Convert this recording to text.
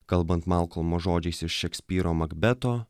kalbant malkolmo žodžiais iš šekspyro makbeto